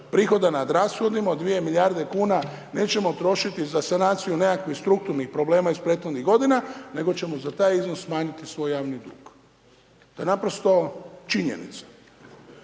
prihoda nad rashodima od 2 milijarde kuna nećemo trošiti za sanaciju nekakvih strukturnih problema iz prethodnih godina, nego ćemo za taj iznos smanjiti svoj javni dug. To je naprosto činjenica.